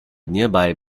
nearby